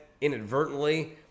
inadvertently